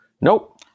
Nope